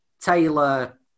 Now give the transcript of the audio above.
Taylor